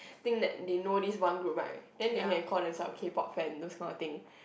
think that they know this one group right then they have called themselves K-Pop fans those kinds of thing